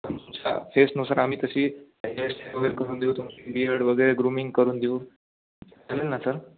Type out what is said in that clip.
पण तुमच्या फेसनुसार आम्ही तशी वगैरे करून देऊ तुमची बिअर्ड वगैरे ग्रूमिंग करून देऊ चालेल ना सर